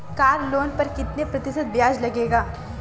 Car loan पर कितने प्रतिशत ब्याज लगेगा?